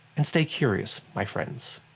and stay curious, my friends.